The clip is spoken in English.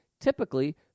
Typically